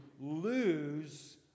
lose